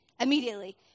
Immediately